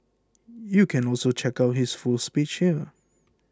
you can also check out his full speech here